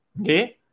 Okay